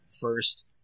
first